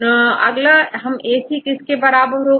अब अगला हम AC किसके बराबर होगी